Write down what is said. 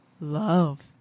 love